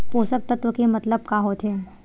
पोषक तत्व के मतलब का होथे?